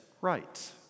right